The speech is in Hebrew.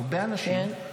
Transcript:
הרבה אנשים,